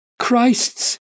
Christ's